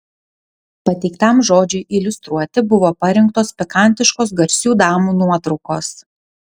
pateiktam žodžiui iliustruoti buvo parinktos pikantiškos garsių damų nuotraukos